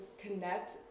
connect